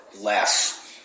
less